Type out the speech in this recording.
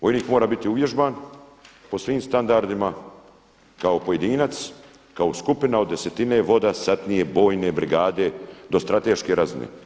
Vojnik mora biti uvježban po svim standardima kao pojedinac, kao skupina od desetine, voda, satnije, bojne, brigade do strateške razine.